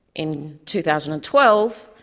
in two thousand and twelve,